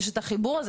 יש את החיבור הזה,